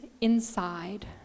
inside